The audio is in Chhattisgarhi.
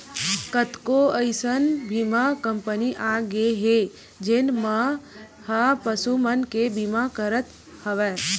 कतको अइसन बीमा कंपनी आगे हे जेन मन ह पसु मन के बीमा करत हवय